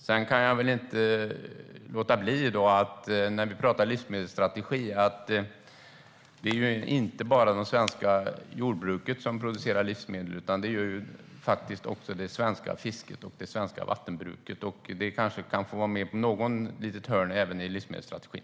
När vi nu pratar livsmedelsstrategi kan jag inte låta bli att säga att det inte bara är det svenska jordbruket som producerar livsmedel, utan det gör faktiskt också det svenska fisket och det svenska vattenbruket. De kanske kan få vara på något litet hörn även i livsmedelsstrategin.